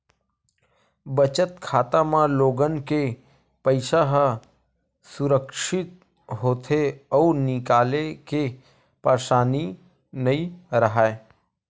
बचत खाता म लोगन के पइसा ह सुरक्छित होथे अउ निकाले के परसानी नइ राहय